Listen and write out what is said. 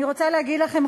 אני רוצה להגיד לכם,